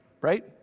right